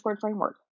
framework